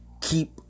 Keep